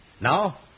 Now